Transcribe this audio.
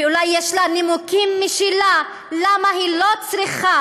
ואולי יש לה נימוקים משלה למה היא לא צריכה